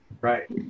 Right